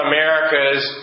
America's